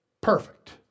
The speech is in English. perfect